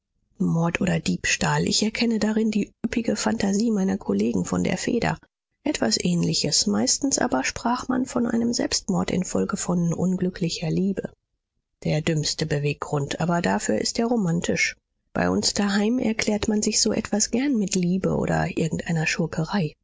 mord oder diebstahl ich erkenne darin die üppige phantasie meiner kollegen von der feder etwas ähnliches meistens aber sprach man von einem selbstmord infolge von unglücklicher liebe der dümmste beweggrund aber dafür ist er romantisch bei uns daheim erklärt man sich so etwas gern mit liebe oder irgendeiner schurkerei